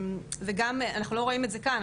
אנחנו לא רואים את זה כאן,